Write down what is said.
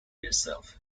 yourself